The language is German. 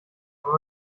aber